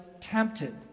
tempted